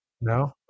No